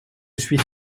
suis